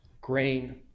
grain